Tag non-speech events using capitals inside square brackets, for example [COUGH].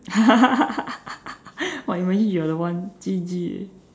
[LAUGHS] !wah! imagine you are the one G_G eh